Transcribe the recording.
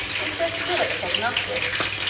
is their skill at prognostics,